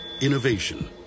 Innovation